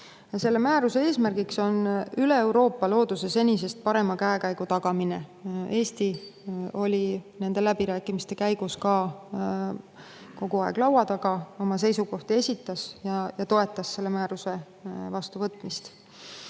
Selle määruse eesmärgiks on üle Euroopa looduse senisest parema käekäigu tagamine. Eesti oli nende läbirääkimiste käigus kogu aeg laua taga, esitas oma seisukohti ja toetas selle määruse vastuvõtmist.